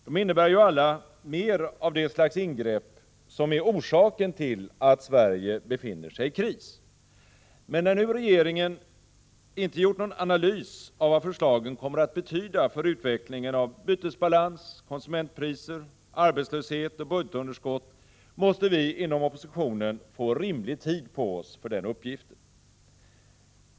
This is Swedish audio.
De innebär ju alla mer av det slags ingrepp som är orsaken till att Sverige befinner sig i kris. Men när nu regeringen inte gjort någon analys av vad förslagen kommer att betyda för utvecklingen av bytesbalans, konsumentpriser, arbetslöshet och budgetunderskott, måste vi inom oppositionen få rimlig tid på oss för den uppgiften.